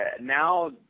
now